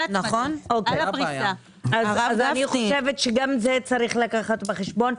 אני חושבת שגם את זה צריך לקחת בחשבון.